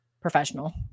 professional